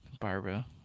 Barbara